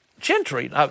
gentry